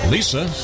Lisa